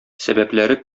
сәбәпләре